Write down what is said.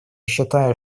считаю